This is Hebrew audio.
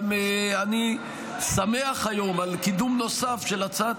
אני גם שמח היום על קידום נוסף של הצעת